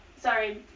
sorry